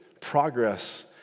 progress